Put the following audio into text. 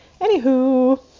Anywho